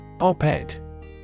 Op-Ed